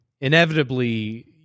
inevitably